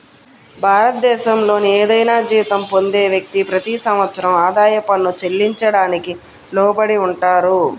భారతదేశంలోని ఏదైనా జీతం పొందే వ్యక్తి, ప్రతి సంవత్సరం ఆదాయ పన్ను చెల్లించడానికి లోబడి ఉంటారు